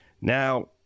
Now